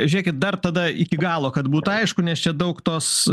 žiūrėkit dar tada iki galo kad būtų aišku nes čia daug tos